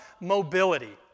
mobility